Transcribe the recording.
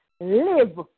live